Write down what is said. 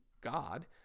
God